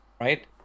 right